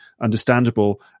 understandable